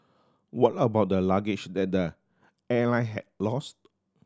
what about the luggage that the airline had lost